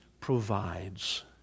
provides